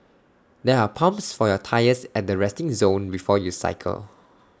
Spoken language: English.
there are pumps for your tyres at the resting zone before you cycle